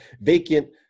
vacant